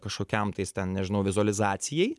kažkokiam tais ten nežinau vizualizacijai